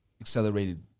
accelerated